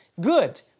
Good